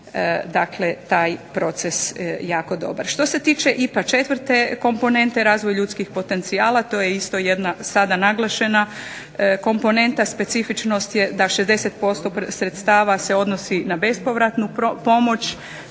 da je taj proces jako dobar. Što se tiče IPA 4. komponente razvoj ljudskih potencijala, to je isto jedna sada naglašena komponenta. Specifičnost je da 60% sredstava se odnosi na bespovratnu pomoć